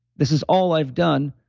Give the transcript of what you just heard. this is all i've done.